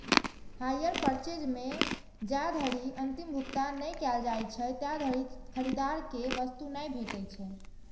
hire purchase मे जाधरि अंतिम भुगतान नहि कैल जाइ छै, ताधरि खरीदार कें वस्तु नहि भेटै छै